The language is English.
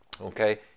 okay